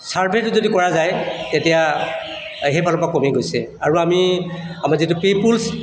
চাৰ্ভেটো যদি কৰা যায় তেতিয়া সেইফালৰপৰা কমি গৈছে আৰু আমি আমাৰ যিটো পিপোলচ